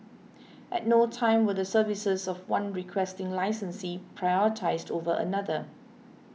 at no time were the services of one Requesting Licensee prioritised over another